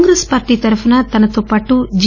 Congress party తరఫున తనతో పాటు జి